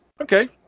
okay